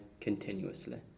continuously